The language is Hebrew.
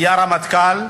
נהיה רמטכ"ל,